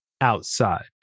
outside